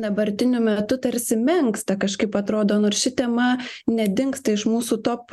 dabartiniu metu tarsi menksta kažkaip atrodo nors ši tema nedingsta iš mūsų top